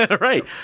right